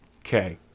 Okay